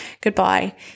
goodbye